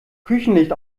küchenlicht